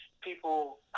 people